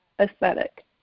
aesthetic